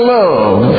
love